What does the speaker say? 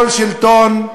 כל שלטון,